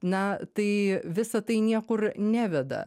na tai visa tai niekur neveda